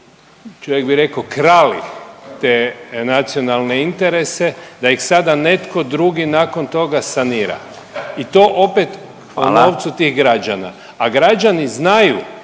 čovjek bi rekao krali te nacionalne interese, da ih sada netko drugi nakon toga sanira i to opet…/Upadica Radin: Hvala/…o